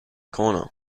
corner